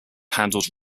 handled